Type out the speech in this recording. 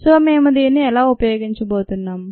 so మేము దీన్ని ఎలా ఉపయోగించబోతున్నారు